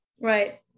Right